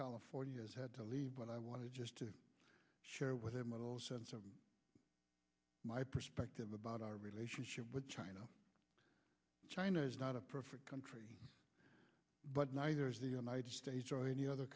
california has had to leave but i want to just to share with him with all my perspective about our relationship with china china is not a perfect country but neither is the united states or any other